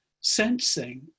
sensing